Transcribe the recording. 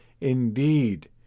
Indeed